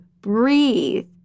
Breathe